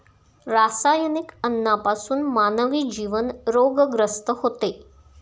रासायनिक अन्नापासून मानवी जीवन रोगग्रस्त होते